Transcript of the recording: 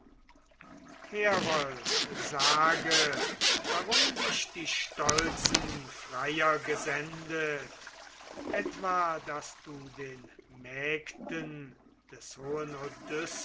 herold sage warum dich die stolzen freier gesendet etwa daß du den mägden des hohen